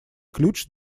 ключ